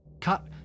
Cut